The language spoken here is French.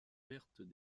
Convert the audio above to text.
pertes